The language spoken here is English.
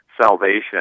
salvation